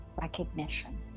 recognition